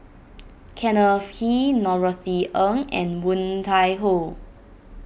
Kenneth He Norothy Ng and Woon Tai Ho